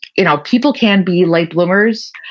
you know people can be late bloomers,